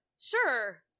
sure